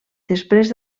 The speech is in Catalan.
després